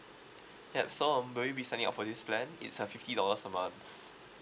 yup so um will you be signing up for this plan it's a fifty dollars a month